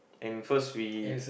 and first we